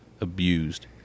abused